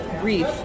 grief